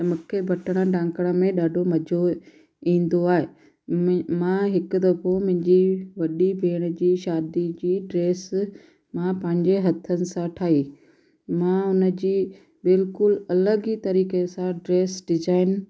मूंखे बटण टांकण में ॾाढो मज़ो ईंदो आहे म मां हिकु दफ़ो मुंहिंजी वॾी भेण जी शादी जी ड्रेस मां पंहिंजे हथनि सां ठाही मां उन जी बिल्कुलु अलॻि ई तरीक़े सां ड्रेस डिजाइन